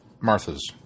Martha's